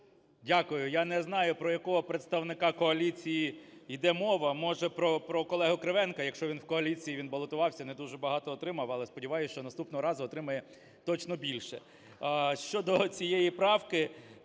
Дякую. Я не знаю, про якого представника коаліції йде мова. Може про колегу Кривенка, якщо він в коаліції, він балотувався. Не дуже багато отримав, але сподіваюся, що наступного разу отримає, точно, більше. Щодо цієї правки,